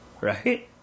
right